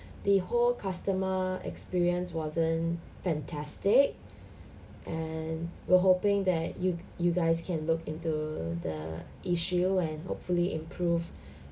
the whole customer experience wasn't fantastic and we're hoping that you you guys can look into the issue and hopefully improve